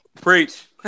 Preach